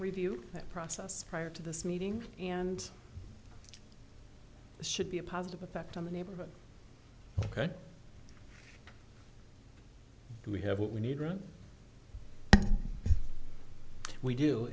review process prior to this meeting and should be a positive effect on the neighborhood ok we have what we need room we do